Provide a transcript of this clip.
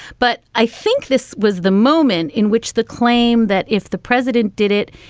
but i think this was the moment in which the claim that if the president did it,